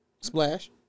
Splash